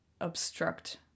obstruct